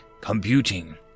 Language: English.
computing